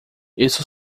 isso